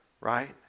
right